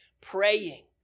Praying